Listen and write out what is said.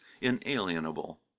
inalienable